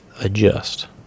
adjust